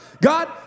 God